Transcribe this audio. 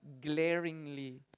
glaringly